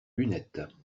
lunettes